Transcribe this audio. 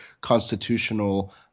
constitutional